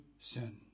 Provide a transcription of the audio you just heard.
sin